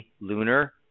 lunar